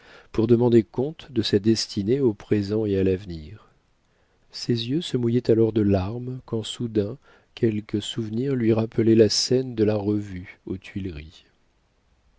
pour demander compte de sa destinée au présent et à l'avenir ses yeux se mouillaient alors de larmes quand soudain quelque souvenir lui rappelait la scène de la revue aux tuileries